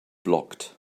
blocked